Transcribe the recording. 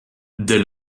dès